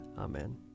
Amen